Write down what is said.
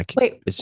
Wait